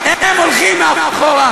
הוא לא יוכל לחזור הביתה.